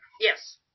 yes